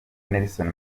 nelson